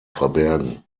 verbergen